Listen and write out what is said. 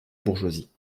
bourgeoisie